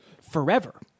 forever